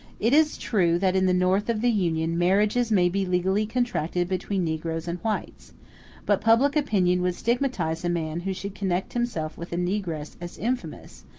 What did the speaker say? it is true, that in the north of the union, marriages may be legally contracted between negroes and whites but public opinion would stigmatize a man who should connect himself with a negress as infamous,